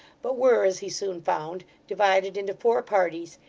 but were, as he soon found, divided into four parties,